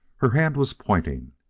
her hand was pointing.